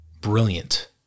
brilliant